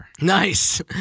Nice